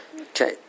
Okay